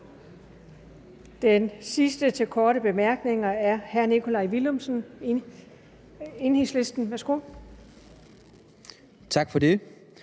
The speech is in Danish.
Den sidste til korte bemærkninger er hr. Nikolaj Villumsen, Enhedslisten. Værsgo. Kl.